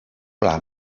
pla